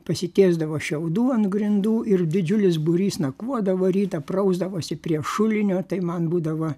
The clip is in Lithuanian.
pasitiesdavo šiaudų ant grindų ir didžiulis būrys nakvodavo rytą prausdavosi prie šulinio tai man būdavo